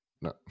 no